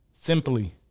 simply